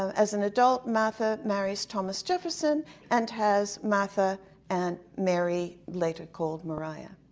as an adult martha marries thomas jefferson and has martha and mary later called mariah.